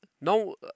No